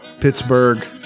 Pittsburgh